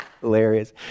Hilarious